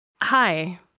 Hi